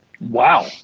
Wow